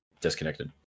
disconnected